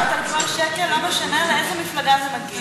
לא משנה לאיזו מפלגה זה מגיע.